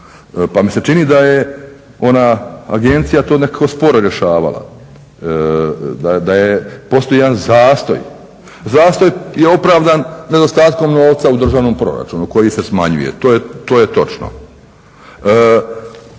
Pa mi se čini da je ona agencija to nekako sporo rješavala, da postoji jedan zastoj. Zastoj je opravdan nedostatkom novca u državnom proračunu koji se smanjuje to je točno.